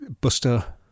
Buster